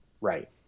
Right